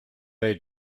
they